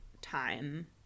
time